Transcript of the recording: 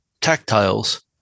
tactiles